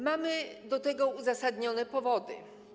Mamy do tego uzasadnione powody.